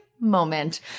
moment